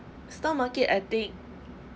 stock market I think